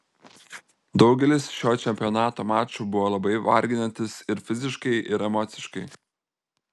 daugelis šio čempionato mačų buvo labai varginantys ir fiziškai ir emociškai